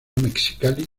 mexicali